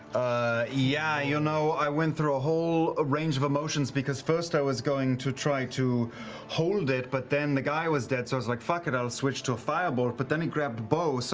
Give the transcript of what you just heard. yeah, you know, i went through a whole ah range of emotions because first i was going to try to hold it, but then the guy was dead, so i was like fuck it, i'll switch to a fire bolt, but then he grabbed beau, so